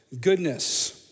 goodness